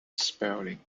spelling